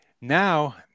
Now